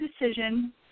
decision